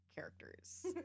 characters